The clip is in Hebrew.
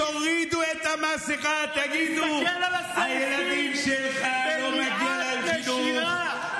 תסתכל על הסעיפים: מניעת נשירה.